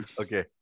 okay